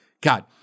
God